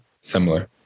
similar